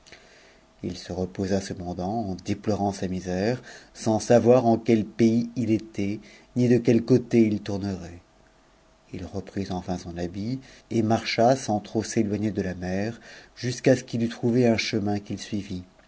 échaunë se reposa cependant en déplorant sa misère sans savoir en quel t'si était ni de quel côté il tournerait il reprit enfin son habit et marsans trop s'éloigner de la mer jusqu'à ce qu'il eût trouvé un chemin